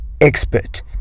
expert